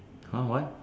!huh! what